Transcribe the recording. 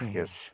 yes